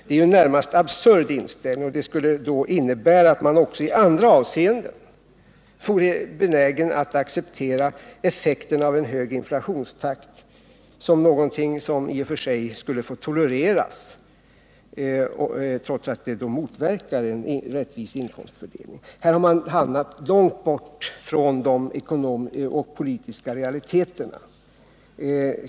Det är ju en närmast absurd inställning, och det skulle då innebära att man också i andra avseenden vore benägen att acceptera en hög inflationstakt som någonting i och för sig önskvärt för en rättvis inkomstfördelning. Här har man hamnat långt bort ifrån politiska realiteter.